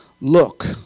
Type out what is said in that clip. Look